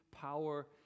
power